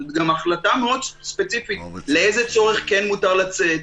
זאת גם החלטה מאוד ספציפית לאיזה צורך כן מותר לצאת,